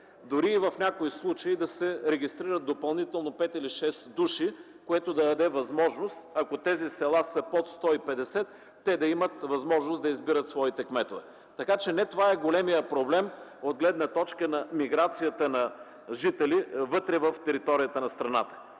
дори в някои случаи да се регистрират допълнително 5 или 6 души, което да даде възможност, ако тези села са под 150, те да имат възможност да избират своите кметове. Така че не това е големият проблем от гледна точка на миграцията на жители вътре в територията на страната.